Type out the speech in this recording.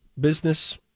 Business